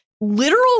Literal